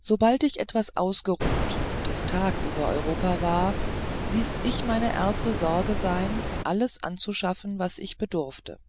sobald ich etwas ausgeruht und es tag über europa war ließ ich meine erste sorge sein alles anzuschaffen was ich bedurfte